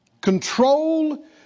Control